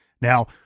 Now